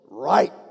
right